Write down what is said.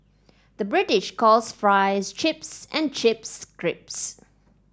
the British calls fries chips and chips crisps